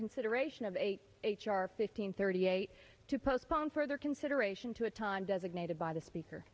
consideration of eight h r fifteen thirty eight to postpone further consideration to a time designated by the speaker